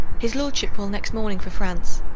his lordship will next morning for france.